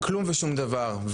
כלום ושום דבר.